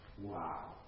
Wow